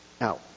Now